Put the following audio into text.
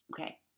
Okay